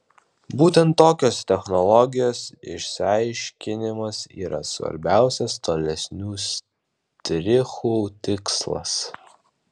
būtent tokios technologijos išsiaiškinimas yra svarbiausias tolesnių štrichų tikslas